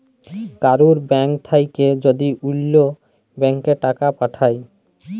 কারুর ব্যাঙ্ক থাক্যে যদি ওল্য ব্যাংকে টাকা পাঠায়